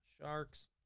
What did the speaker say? sharks